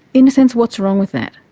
in a sense, what's wrong with that?